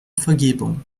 vergebung